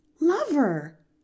lover